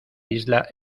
isla